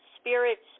spirits